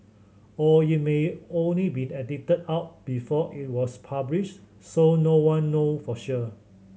or it may or it may been edited out before it was published so no one know for sure